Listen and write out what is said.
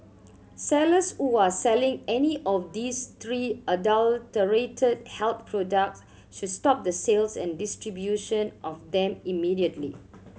sellers who are selling any of these three adulterated health products should stop the sales and distribution of them immediately